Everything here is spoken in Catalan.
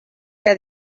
que